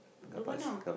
the one now